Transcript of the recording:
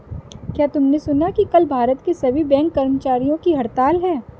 क्या तुमने सुना कि कल भारत के सभी बैंक कर्मचारियों की हड़ताल है?